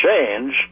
change